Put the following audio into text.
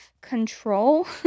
control